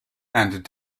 and